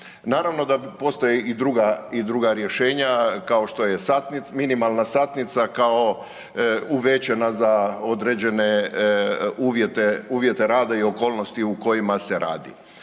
Naravno da postoje i druga rješenja, kao što je minimalna satnica, kao uvećana za određene uvjete rada i okolnosti u kojima se radi.